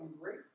great